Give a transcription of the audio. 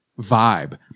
vibe